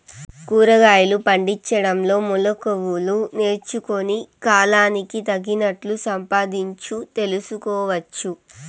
కూరగాయలు పండించడంలో మెళకువలు నేర్చుకుని, కాలానికి తగినట్లు సంపాదించు తెలుసుకోవచ్చు